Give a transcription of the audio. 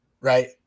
right